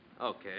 Okay